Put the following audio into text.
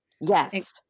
Yes